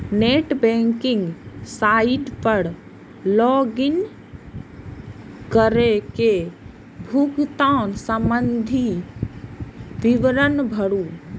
net banking site पर log in कैर के भुगतान संबंधी विवरण भरू